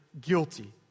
guilty